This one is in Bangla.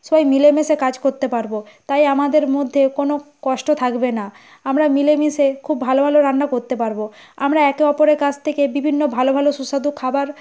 সবাই মিলেমিশে কাজ করতে পারব তাই আমাদের মধ্যে কোনও কষ্ট থাকবে না আমরা মিলেমিশে খুব ভালো ভালো রান্না করতে পারব আমরা একে অপরের কাছ থেকে বিভিন্ন ভালো ভালো সুস্বাদু খাবার